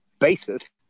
basis